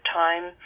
time